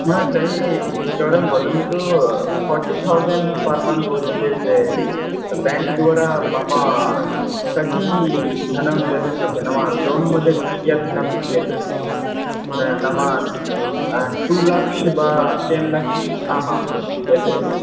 न तर्हि एकवारं वदन्तु फ़ार्टि थौसन्ड् पर् मन्त् भवति चेत् बेङ्क् द्वारा मम कति धनं दतुं शक्यते नाम लोन् मध्ये कियद् धनं दीयते नाम टु लाक्श् वा टेन् लाक्श् आमां यत्र